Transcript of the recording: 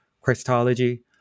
Christology